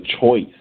choice